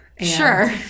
Sure